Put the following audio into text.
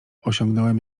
osiągnąłem